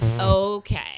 Okay